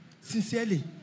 Sincerely